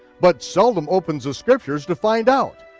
but seldom opens the scriptures to find out.